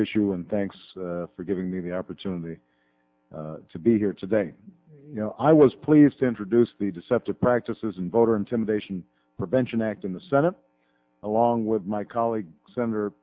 issue and thanks for giving me the opportunity to be here today you know i was pleased to introduce the deceptive practices in voter intimidation prevention act in the senate along with my colleague sen